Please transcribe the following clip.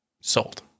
sold